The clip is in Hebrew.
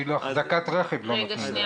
אפילו אחזקת רכב לא נותנים להם.